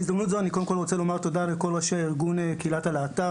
בהזדמנות זו אני רוצה קודם כל לומר תודה לכל ראשי ארגון קהילת הלהט"ב,